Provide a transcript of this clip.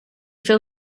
fell